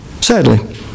Sadly